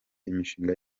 imishinga